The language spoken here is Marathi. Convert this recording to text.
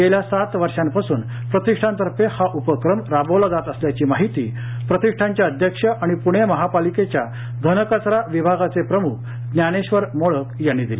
गेल्या सात वर्षापासून प्रतिष्ठान तर्फे हा उपक्रम राबवला जात असल्याची माहिती प्रतिष्ठानचे अध्यक्ष आणि पुणे महापालिकेच्या घनकचरा विभागाचे प्रमुख ज्ञानेश्वरमोळक यांनी दिली